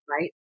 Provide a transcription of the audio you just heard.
Right